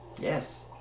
yes